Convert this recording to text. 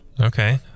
Okay